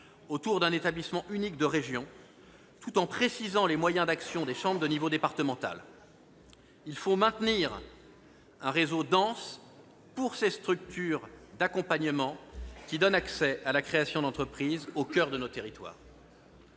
autour d'un établissement unique de région, tout en précisant les moyens d'action des chambres de niveau départemental. Il faut maintenir un réseau dense pour ces structures d'accompagnement, qui donnent accès à la création d'entreprise au coeur de nos territoires.